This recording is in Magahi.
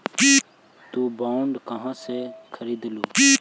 तु बॉन्ड कहा से खरीदलू?